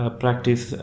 practice